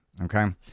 okay